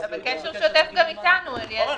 נושאים שעתידים לגשת למכרזים לגביהם,